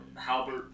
Halbert